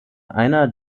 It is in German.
einer